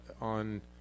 on